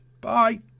Bye